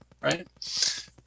right